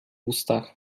ustach